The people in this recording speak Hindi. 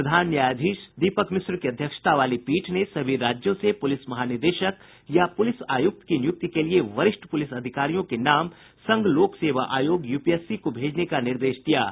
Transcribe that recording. प्रधान न्यायाधीश दीपक मिश्रा की अध्यक्षता वाली पीठ ने सभी राज्यों से पुलिस महानिदेशक या पुलिस आयुक्त की नियुक्ति के लिए वरिष्ठ पुलिस अधिकारियों के नाम संघ लोक सेवा आयोग यूपीएससी को भेजने का भी निर्देश दिया है